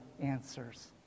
answers